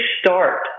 start